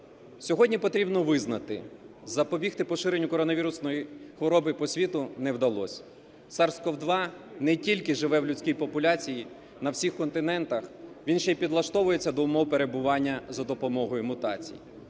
Сьогодні потрібно визнати – запобігти поширенню коронавірусної хвороби по світу не вдалося. SARS-CoV-2 не тільки живе в людській популяції на всіх континентах, він ще й підлаштовується до умов перебування за допомогою мутацій,